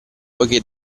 poiché